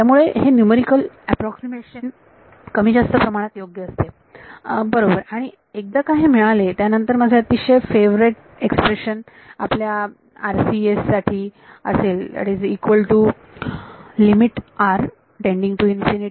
त्यामुळे हे numerically approximation कमी जास्त प्रमाणात योग्य असते बरोबर आणि आणि एकदा का हे मिळाले त्यानंतर माझे अतिशय लाडके एक्सप्रेशन आपल्या RCS साठी असेल इक्वल टू असेल